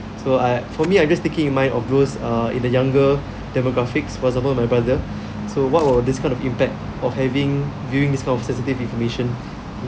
so I for me I just thinking in mind of those uh in the younger demographics for example my brother so what will this kind of impact of having during this kind of sensitive information